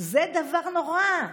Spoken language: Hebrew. זה דבר נורא.